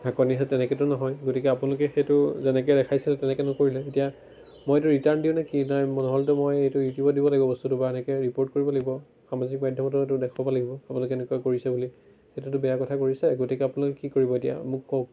ঢাকনি সেই তেনেকৈতো নহয় গতিকে আপোনালোকে সেইটো যেনেকৈ দেখাইছিল তেনেকৈ নকৰিলে এতিয়া মইতো ৰিটাৰ্ণ দিওঁ নে কি নাই নহ'লেতো মই এইটো ইউটিউবত দিব লাগিব বস্তুটো বা এনেকে ৰিপ'ৰ্ট কৰিব লাগিব সামাজিক মাধ্যমতো এইটো দেখুওৱাব লাগিব আপোনালোকে এনেকুৱা কৰিছে বুলি সেইটোতো বেয়া কথা কৰিছে গতিকে আপোনালোকে কি কৰিব এতিয়া মোক কওক